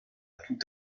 tout